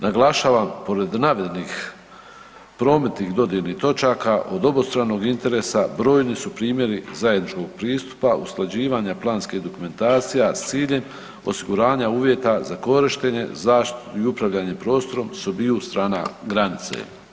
Naglašavam, pored navedenih prometnih dodirnih točaka, od obostranog interesa brojni su primjeri zajedničkog pristupa usklađivanja planskih dokumentacija s ciljem osiguranja uvjeta za korištenje, zaštitu i upravljanje prostorom s obiju strana granice.